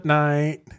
night